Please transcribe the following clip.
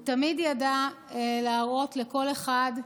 הוא תמיד ידע להראות לכל אחד,